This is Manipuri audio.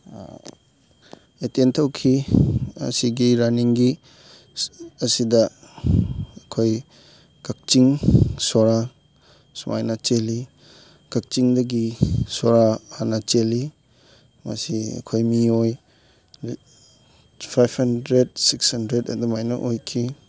ꯑꯦꯇꯦꯟ ꯇꯧꯈꯤ ꯑꯁꯤꯒꯤ ꯔꯟꯅꯤꯡꯒꯤ ꯑꯁꯤꯗ ꯑꯩꯈꯣꯏ ꯀꯛꯆꯤꯡ ꯁꯣꯔꯥ ꯁꯨꯃꯥꯏꯅ ꯆꯦꯜꯂꯤ ꯀꯛꯆꯤꯡꯗꯒꯤ ꯁꯣꯔꯥ ꯍꯥꯟꯅ ꯆꯦꯜꯂꯤ ꯃꯁꯤ ꯑꯩꯈꯣꯏ ꯃꯤꯑꯣꯏ ꯐꯥꯏꯕ ꯍꯟꯗ꯭ꯔꯦꯠ ꯁꯤꯛꯁ ꯍꯟꯗ꯭ꯔꯦꯠ ꯑꯗꯨꯃꯥꯏꯅ ꯑꯣꯏꯈꯤ